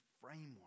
framework